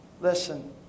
Listen